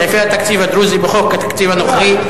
סעיפי התקציב לדרוזים בחוק התקציב הנוכחי,